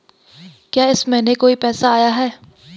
क्या इस महीने कोई पैसा आया है?